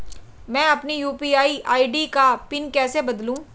मैं अपनी UPI ID का पिन कैसे बदलूं?